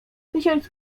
tysiąc